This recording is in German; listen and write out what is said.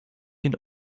den